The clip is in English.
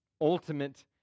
Ultimate